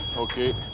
okay.